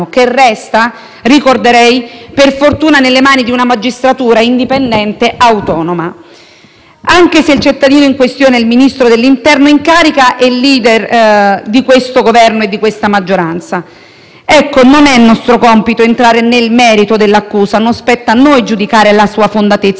anche se il cittadino in questione è il Ministro dell'interno in carica e *leader* di questo Governo e della maggioranza. Non è nostro compito entrare nel merito dell'accusa. Non spetta a noi giudicare la sua fondatezza o meno; tanto meno stiamo qui oggi valutando se quell'accusa sia stata sollevata in maniera artificiosa,